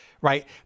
right